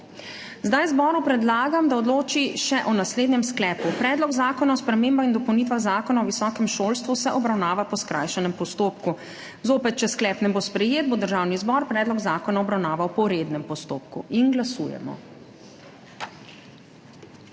Zdaj zboru predlagam, da odloči še o naslednjem sklepu: Predlog zakona o spremembah in dopolnitvah Zakona o visokem šolstvu se obravnava po skrajšanem postopku. Zopet, če sklep ne bo sprejet, bo Državni zbor predlog zakona obravnaval po rednem postopku. Glasujemo.